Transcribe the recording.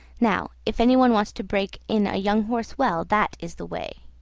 now if any one wants to break in a young horse well, that is the way.